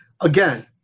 again